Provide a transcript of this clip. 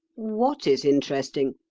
what is interesting?